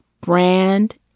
Brand